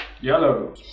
Yellow